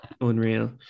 Unreal